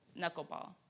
knuckleball